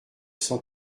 cent